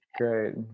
great